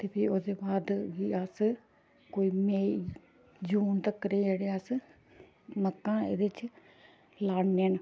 ते फ्ही ओह्दे बाद बी अस कोई मेई जून तकर जेह्ड़े अस मक्कां एह्दे च लान्ने न